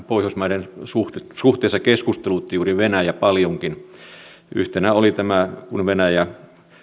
pohjoismaiden suhteessa keskustelutti juuri venäjä vielä paljonkin yhtenä oli tämä kun venäjä